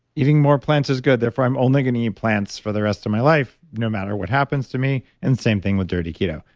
eating more plants is good, therefore, i'm only going to eat plants for the rest of my life, no matter what happens to me, and the same thing with dirty keto.